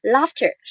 Laughter